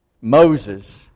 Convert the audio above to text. Moses